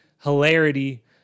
hilarity